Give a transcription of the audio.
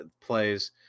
plays